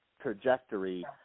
trajectory